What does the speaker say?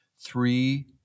three